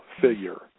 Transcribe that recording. figure